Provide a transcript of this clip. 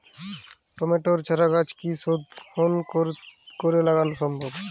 টমেটোর চারাগাছ কি শোধন করে লাগানো সম্ভব?